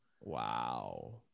Wow